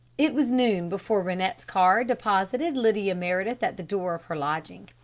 it was noon before rennett's car deposited lydia meredith at the door of her lodging.